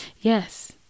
Yes